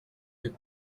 plus